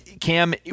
Cam